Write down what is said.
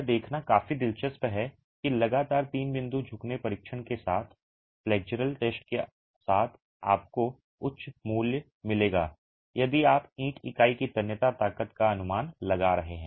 यह देखना काफी दिलचस्प है कि लगातार तीन बिंदु झुकने परीक्षण के साथ फ्लेक्सचर टेस्ट के साथ आपको उच्च मूल्य मिलेगा यदि आप ईंट इकाई की तन्यता ताकत का अनुमान लगा रहे हैं